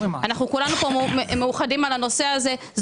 כולנו פה מאוחדים בנושא הזה.